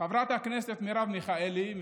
חברת הכנסת מרב מיכאלי,